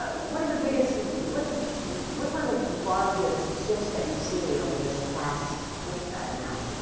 but what are the biggest what's ah what's one of the largest shifts that you've seen over this past, what is that now,